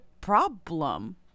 problem